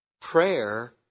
Prayer